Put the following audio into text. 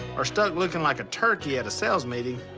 or stuck looking like a turkey at a sales meeting,